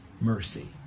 mercy